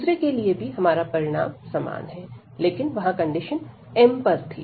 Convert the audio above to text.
दूसरे के लिए भी हमारा परिणाम समान है लेकिन वहां कंडीशन m पर थी